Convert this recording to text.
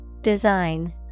Design